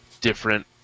different